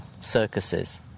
circuses